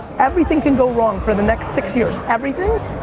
everything can go wrong for the next six years. everything.